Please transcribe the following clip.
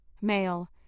male